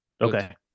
Okay